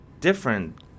different